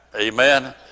Amen